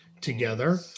together